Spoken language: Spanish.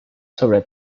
sobre